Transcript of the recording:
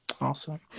Awesome